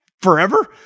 forever